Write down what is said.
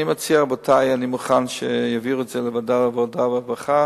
אני מוכן שיעבירו את זה לוועדת העבודה והרווחה.